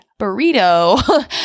burrito